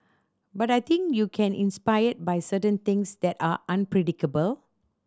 but I think you can inspired by certain things that are unpredictable